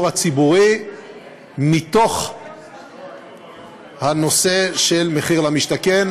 הציבורי מתוך הנושא של מחיר למשתכן,